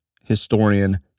historian